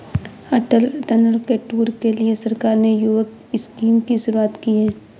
अटल tunnel के tour के लिए सरकार ने युवक स्कीम की शुरुआत की है